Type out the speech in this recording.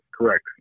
Correct